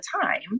time